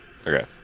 Okay